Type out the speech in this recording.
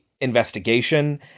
investigation